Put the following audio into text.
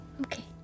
Okay